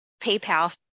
PayPal